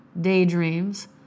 daydreams